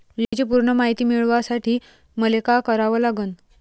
योजनेची पूर्ण मायती मिळवासाठी मले का करावं लागन?